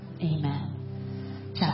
Amen